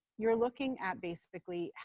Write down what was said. you're looking at basically,